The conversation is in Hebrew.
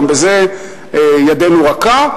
גם בזה ידנו רכה,